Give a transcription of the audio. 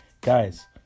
Guys